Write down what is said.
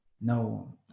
No